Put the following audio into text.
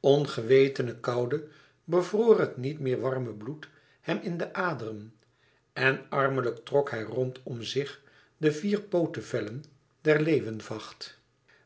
ongewetene koude bevroor het niet meer warme bloed hem in de aderen en armelijk trok hij rondom zich de vier pootevellen der leeuwevacht